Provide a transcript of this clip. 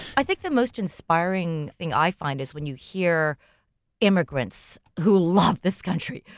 i think the most inspiring thing i find is when you hear immigrants who love this country.